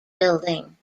building